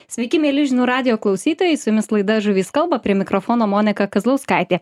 sveiki mieli žinių radijo klausytojai su jumis laida žuvys kalba prie mikrofono monika kazlauskaitė